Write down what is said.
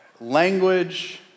language